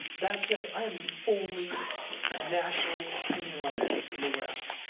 that said, i am the only national opinion writer in the west,